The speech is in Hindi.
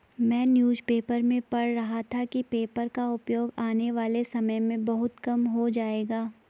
मैं न्यूज़ पेपर में पढ़ रहा था कि पेपर का उपयोग आने वाले समय में बहुत कम हो जाएगा